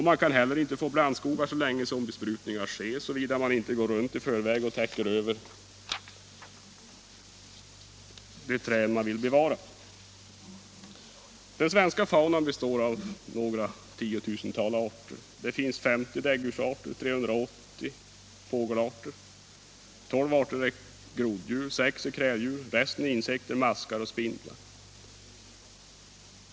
Man kan heller inte få blandskogar så länge som besprutningar sker, såvida man inte går runt i förväg och täcker över de träd man vill bevara. Den svenska faunan består av några tiotusental arter. Det finns 50 däggdjursarter, 380 fågelarter, 12 groddjur, 6 kräldjur och resten är insekter, maskar och spindlar.